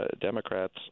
Democrats